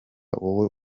wowe